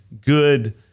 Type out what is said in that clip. good